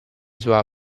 sua